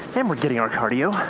and we're getting our cardio!